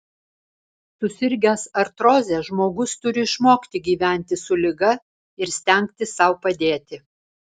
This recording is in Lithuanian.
susirgęs artroze žmogus turi išmokti gyventi su liga ir stengtis sau padėti